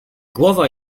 głowa